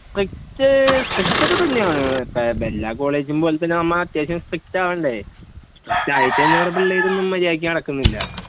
strict സ്ട്രിക്റ്റൊക്കെ തന്നെയാണ് ഇപ്പം എല്ലാ കോളേജും പോലെ തന്നെ നമ്മൾ അത്യാവശ്യം സ്ട്രിക്റ്റാവണ്ടേ സ്ട്രിക്റ്റായിട്ട് തന്നെ ഇവിടെ പിള്ളേരൊന്നും മര്യാദയ്ക്ക് നടക്കുന്നില്ല